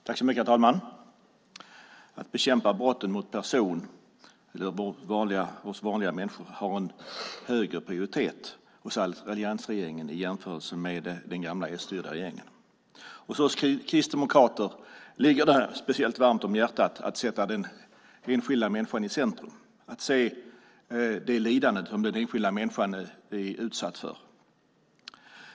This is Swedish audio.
Herr talman! Att bekämpa brott mot person, mot oss vanliga människor, har en högre prioritet hos alliansregeringen än hos den gamla s-styrda regeringen. Oss kristdemokrater ligger det särskilt varmt om hjärtat att sätta den enskilda människan i centrum och att se det lidande som den enskilda människan är utsatt för.